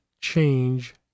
change